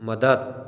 मदत